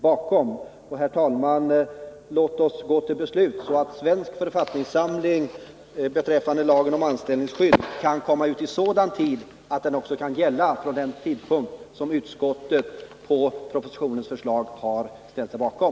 Låt oss gå till beslut, så att Svensk författningssamling beträffande lagen om anställningsskydd kan komma ut i sådan tid att lagen också kan gälla från den tidpunkt som utskottet på propositionens förslag har ställt sig bakom.